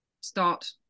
start